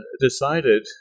decided